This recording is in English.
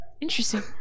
interesting